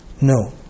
No